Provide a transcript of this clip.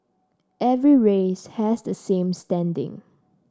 every race has the same standing